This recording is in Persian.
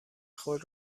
خود